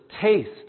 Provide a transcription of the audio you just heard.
taste